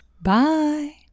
Bye